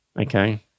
Okay